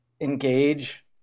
engage